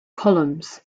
columns